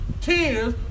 tears